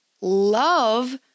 love